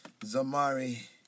Zamari